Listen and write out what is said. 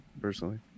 Personally